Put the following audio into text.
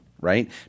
Right